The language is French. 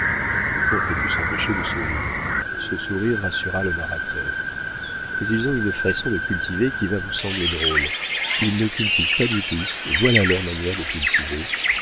le comte ne put s'empêcher de sourire ce sourire rassura le narrateur mais ils ont une façon de cultiver qui va vous sembler drôle ils ne cultivent pas du tout voilà leur manière de